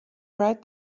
right